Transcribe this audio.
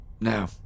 No